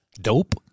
Dope